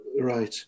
right